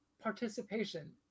participation